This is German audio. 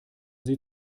sie